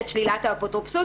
את שלילת האפוטרופסות,